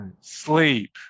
sleep